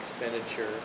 expenditure